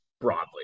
broadly